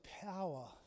power